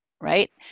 right